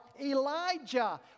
Elijah